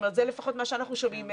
זה לפחות מה שאנחנו שומעים מהם,